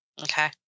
Okay